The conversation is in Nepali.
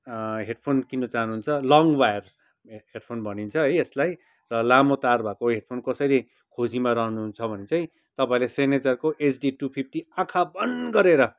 हेडफोन किन्नु चाहनुहुन्छ लङ वायर हेडफोन भनिन्छ है यसलाई र लामो तार भएको हेडफोन कसैले खोजिमा रहनुहुन्छ भने चाहिँ तपाईँले सेनेजरको एचडि दु फिफ्टी आँखा बन्द गरेर